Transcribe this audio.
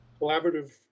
collaborative